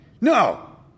no